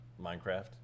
Minecraft